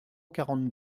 quarante